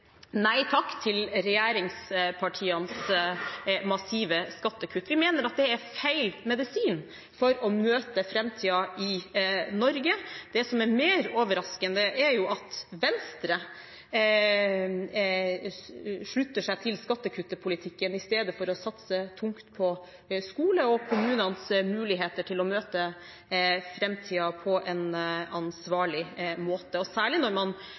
nei takk til regjeringspartienes massive skattekutt. Vi mener det er feil medisin for å møte framtiden i Norge. Det som er mer overraskende, er at Venstre slutter seg til skattekuttpolitikken i stedet for å satse tungt på skole og kommunenes muligheter til å møte framtiden på en ansvarlig måte – særlig når man